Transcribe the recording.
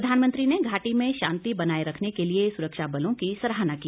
श्री मोदी ने घाटी में शांति बनाये रखने के लिए सुरक्षाबलों की सराहना की